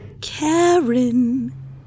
Karen